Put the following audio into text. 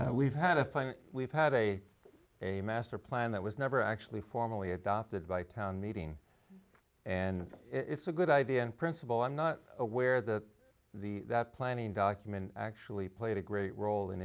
we've had a fine we've had a a master plan that was never actually formally adopted by town meeting and it's a good idea in principle i'm not aware that the planning document actually played a great role in